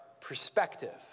perspective